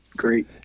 great